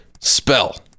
spell